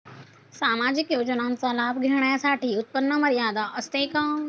सामाजिक योजनांचा लाभ घेण्यासाठी उत्पन्न मर्यादा असते का?